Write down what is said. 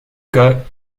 cas